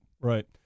right